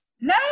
No